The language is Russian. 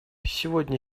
сегодня